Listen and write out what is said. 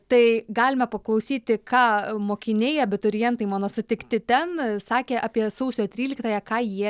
tai galime paklausyti ką mokiniai abiturientai mano sutikti ten sakė apie sausio tryliktąją ką jie